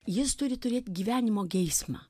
jis turi turėti gyvenimo geismą